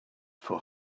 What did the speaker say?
for